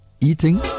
eating